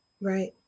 Right